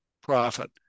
profit